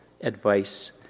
advice